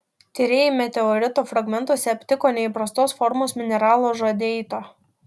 tyrėjai meteorito fragmentuose aptiko neįprastos formos mineralo žadeito